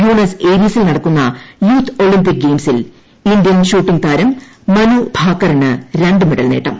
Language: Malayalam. ബ്യൂണൂസ് ഏരീസിൽ നടക്കുന്ന യൂത്ത് ഒളിംപിക് ഗെയിംസിൽ ഇന്ത്യൻ ഷൂട്ടിംഗ് താരം മനുഭാക്കറിന് രണ്ട് മെഡൽ നേട്ടം